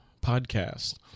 podcast